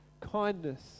kindness